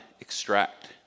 extract